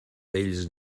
vells